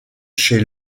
chez